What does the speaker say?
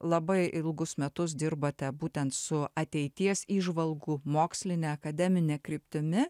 labai ilgus metus dirbate būtent su ateities įžvalgų moksline akademine kryptimi